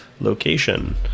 location